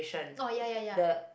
oh ya ya ya